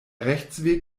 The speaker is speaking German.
rechtsweg